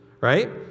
right